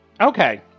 Okay